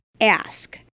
ask